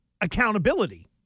accountability